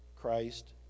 Christ